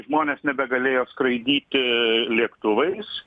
žmonės nebegalėjo skraidyti lėktuvais